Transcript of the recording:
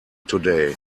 today